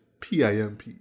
pimp